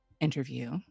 interview